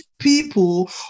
people